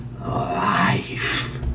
life